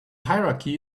hierarchy